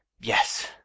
Yes